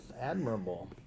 admirable